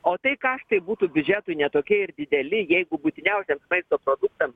o tai kaštai būtų biudžetui ne tokie ir dideli jeigu būtiniausiems maisto produktams